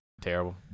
Terrible